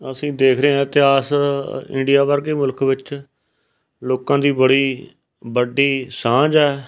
ਅਸੀਂ ਦੇਖ ਰਹੇ ਹਾਂ ਇਤਿਹਾਸ ਇੰਡੀਆ ਵਰਗੇ ਮੁਲਕ ਵਿੱਚ ਲੋਕਾਂ ਦੀ ਬੜੀ ਵੱਡੀ ਸਾਂਝ ਹੈ